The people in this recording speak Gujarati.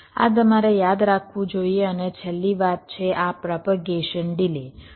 આ તમારે યાદ રાખવું જોઈએ અને છેલ્લી વાત છે આ પ્રોપેગેશન ડિલે છે